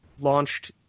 launched